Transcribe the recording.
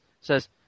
says